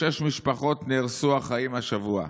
לשש משפחות נהרסו החיים השבוע,